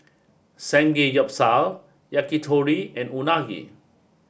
Samgeyopsal Yakitori and Unagi